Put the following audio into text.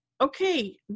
okay